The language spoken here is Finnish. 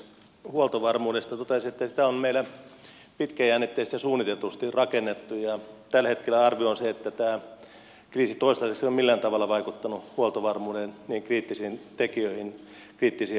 huoltovarmuudesta toteaisin että sitä on meillä pitkäjännitteisesti ja suunnitellusti rakennettu ja tällä hetkellä arvio on se että tämä kriisi toistaiseksi ei ole millään tavalla vaikuttanut huoltovarmuuden kriittisiin tekijöihin kriittisiin alueisiin